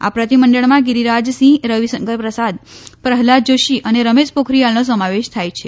આ પ્રતિમંડળમાં ગીરીરાજસિંહ રવિશંકર પ્રસાદ પ્રહલાદ જોશી અને રમેશ પોખરીયાલનો સમાવેશ થાય છે